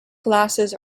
glasses